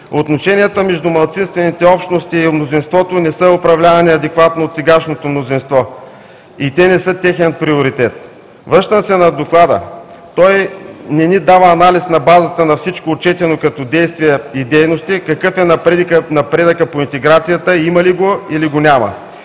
Отношенията между малцинствените общности и мнозинството не са управлявани адекватно от сегашното мнозинство и те не са техен приоритет. Връщам се на Доклада. Той не ни дава анализ, на базата на всичко отчетено като действия и дейности, какъв е напредъкът по интеграцията, има ли го или го няма?